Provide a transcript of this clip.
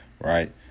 Right